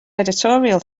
editorial